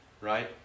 Right